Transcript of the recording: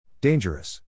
Dangerous